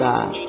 God